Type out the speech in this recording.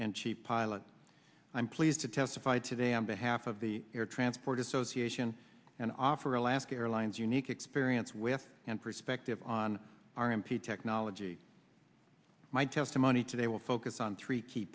and cheap pilot i'm pleased to testified today on behalf of the air transport association and i offer alaska airlines unique experience with perspective on r m p technology my testimony today will focus on three key